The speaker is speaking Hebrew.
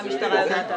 מה המשטרה יודעת עליי?